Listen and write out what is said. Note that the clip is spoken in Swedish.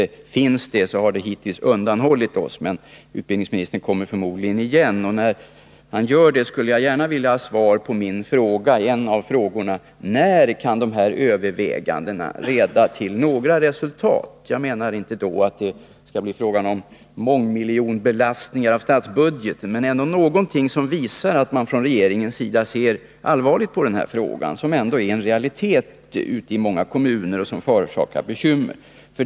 Är något sådant gjort, har det hittills undanhållits oss. Men utbildningsministern kommer förmodligen igen, och när han gör det, skulle jag gärna vilja ha svar på en av mina frågor, nämligen: När kan de här övervägandena leda till några resultat? Jag menar inte att det då skall bli fråga om mångmiljonbelastningar avstatsbudgeten, utan om någonting som visar att regeringen ser allvarligt på den här frågan, som ändå är en realitet och som förorsakar bekymmer ute i många kommuner.